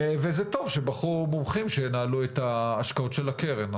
זה טוב שבחרו מומחים שינהלו את ההשקעות של הקרן,